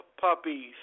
puppies